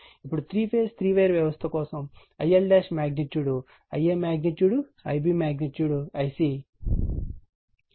ఇప్పుడు 3 phase 3 wire వ్యవస్థ కోసం ILమాగ్నిట్యూడ్ Ia magnitude Ib magnitude Ic PL3VL